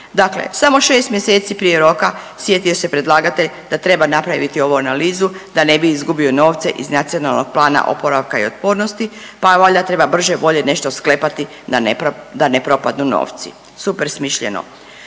Dakle, samo 6 mjeseci prije roka sjetio se predlagatelj da treba napraviti ovu analizu da ne bi izgubio novce iz Nacionalnog plana oporavka i otpornosti pa valjda treba brže bolje nešto sklepati da, da ne propadnu novci. Super smišljeno.